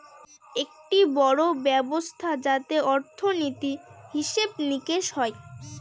একটি বড়ো ব্যবস্থা যাতে অর্থনীতি, হিসেব নিকেশ হয়